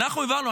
אנחנו העברנו.